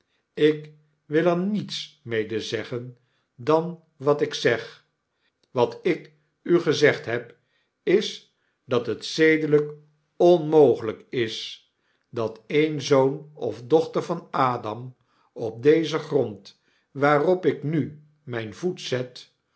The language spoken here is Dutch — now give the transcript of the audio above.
jk wil er niets mede zeggen dan wat ik zeg wat ik u gezegd heb is dat het zedelyk onmogelyk is dat een zoon of dochter van adam op dezen grond waarop ik nu myn voet zet